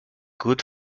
good